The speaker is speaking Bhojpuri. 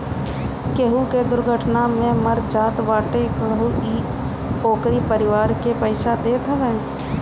केहू के दुर्घटना में मर जात बाटे तअ इ ओकरी परिवार के पईसा देत हवे